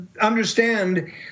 understand